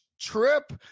trip